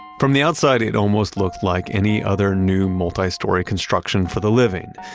from the outside, it almost looks like any other new multi-story construction for the living.